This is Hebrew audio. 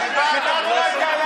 לוועדת חוקה.